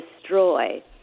destroy